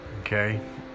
Okay